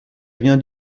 rien